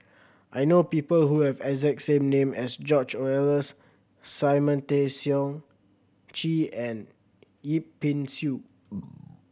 I know people who have exact same name as George Oehlers Simon Tay Seong Chee and Yip Pin Xiu